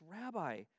rabbi